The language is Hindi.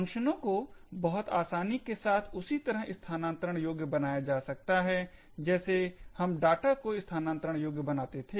फंक्शनो को बहुत आसानी के साथ उसी तरह स्थानांतरण योग्य बनाया जा सकता है जैसे हम डाटा को स्थानांतरण योग्य बनाते थे